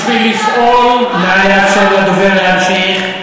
בשביל לפעול, נא לאפשר לדובר להמשיך.